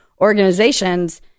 organizations